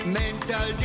mental